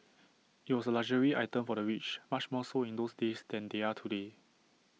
IT was A luxury item for the rich much more so in those days than they are today